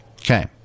okay